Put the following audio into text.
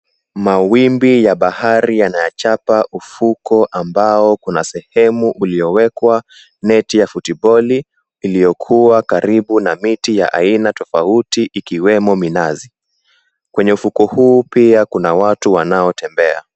Mawimbi ya bahari yanayachapa ufuko ambao una sehemu uliowekwa neti ya football iliyokuwa karibu na miti ya aina tofauti, ikiwemo minazi. Kwenye ufukwe huu pia kuna watu wanaotembea.